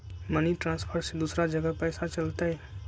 Money transfer से दूसरा जगह पईसा चलतई?